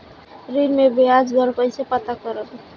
ऋण में बयाज दर कईसे पता करब?